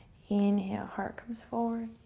inhale, heart comes forward.